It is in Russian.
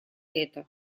это